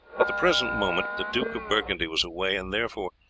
at the present moment the duke of burgundy was away, and therefore,